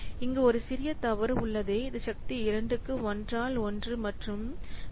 இங்கே ஒரு சிறிய தவறு உள்ளது இது சக்தி 2 க்கு 1 ஆல் 1 மற்றும் 0